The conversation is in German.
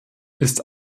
ist